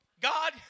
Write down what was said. God